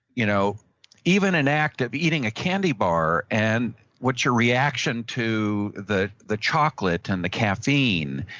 you know even an act of eating a candy bar and what your reaction to the the chocolate and the caffeine,